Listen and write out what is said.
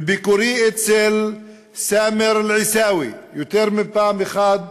בביקורי אצל סאמר אל-עיסאווי, יותר מפעם אחת,